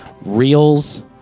reels